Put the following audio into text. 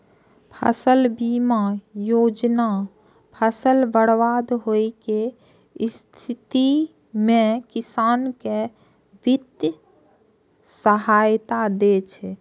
फसल बीमा योजना फसल बर्बाद होइ के स्थिति मे किसान कें वित्तीय सहायता दै छै